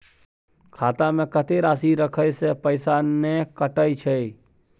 खाता में कत्ते राशि रखे से पैसा ने कटै छै?